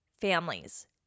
families